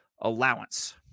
allowance